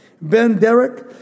Ben-Derek